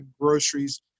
groceries